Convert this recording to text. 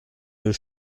deux